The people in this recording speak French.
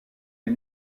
est